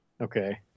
Okay